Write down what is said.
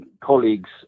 colleagues